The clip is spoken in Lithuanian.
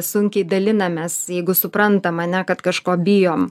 sunkiai dalinamės jeigu suprantam ane kad kažko bijom